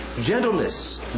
gentleness